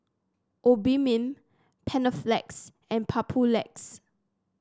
Obimin Panaflex and Papulex